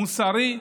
מוסרי,